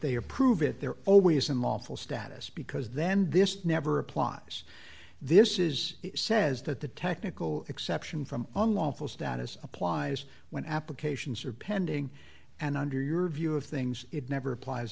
they approve it they're always unlawful status because then this never applies this is says that the technical exception from unlawful status applies when applications are pending and under your view of things it never applies